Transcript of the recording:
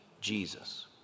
Jesus